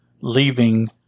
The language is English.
leaving